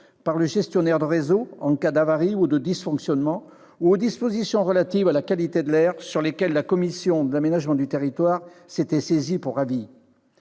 par le gestionnaire de réseau en cas d'avaries ou de dysfonctionnements, ou aux dispositions relatives à la qualité de l'air, sur lesquelles la commission de l'aménagement du territoire s'était saisie pour avis.